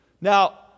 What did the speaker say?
now